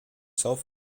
self